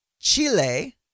Chile